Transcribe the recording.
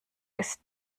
ist